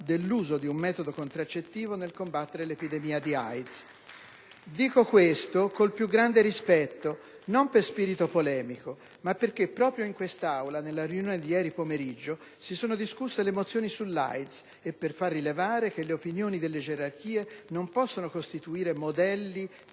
dell'uso di un metodo contraccettivo nel combattere l'epidemia di AIDS. *(Applausi del senatore Perduca)*. Dico questo con il più grande rispetto, non per spirito polemico, ma perché proprio in quest'Aula, nella riunione di ieri pomeriggio, si sono discusse le mozioni sull'AIDS, e per far rilevare che le opinioni delle gerarchie non possono costituire modelli